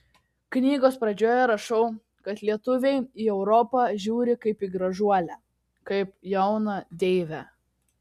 knygos pradžioje rašau kad lietuviai į europą žiūri kaip į gražuolę kaip jauną deivę